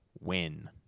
win